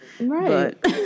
Right